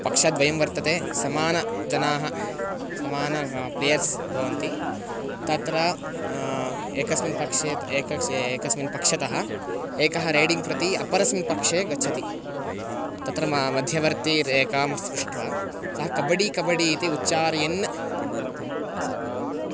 पक्षद्वयं वर्तते समानजनाः समानं क प्लेयर्स् भवन्ति तत्र एकस्मिन् पक्षे तु एकः क्ष् एकस्मिन् पक्षतः एकः रेडिङ्ग् प्रति अपरस्मिन् पक्षे गच्छति तत्र म मध्यवर्तिरेकां स्पृष्ट्वा सः कबडि कबडि इति उच्चारयन्